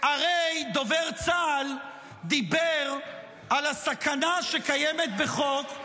הרי דובר צה"ל דיבר על הסכנה שקיימת בחוק,